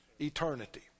eternity